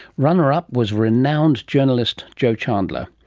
runner-up was renowned journalist jo chandler.